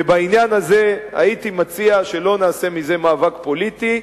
ובעניין הזה הייתי מציע שלא נעשה מזה מאבק פוליטי.